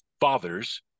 fathers